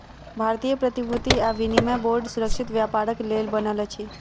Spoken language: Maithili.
भारतीय प्रतिभूति आ विनिमय बोर्ड सुरक्षित व्यापारक लेल बनल अछि